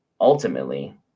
ultimately